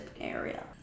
area